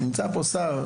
נמצא פה שר,